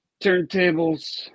turntables